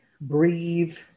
breathe